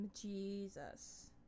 Jesus